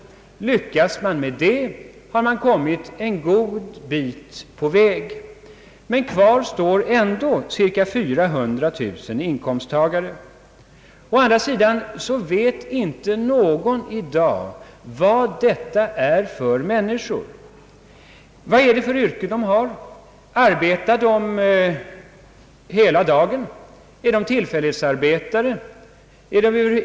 Lyckas man med det, har man kommit en god bit på väg. Men kvar står ändå cirka 400 000 inkomsttagare. Å andra sidan vet ingen i dag vad detta är för människor. Vad är det för yrken de har? Arbetar de hela dagen? är de tillfällighetsarbetare?